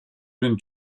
been